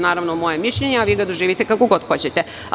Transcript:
Naravno, to je moje mišljenje a vi ga doživite kako god hoćete.